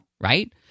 right